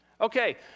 Okay